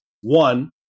one